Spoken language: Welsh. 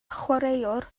chwaraewr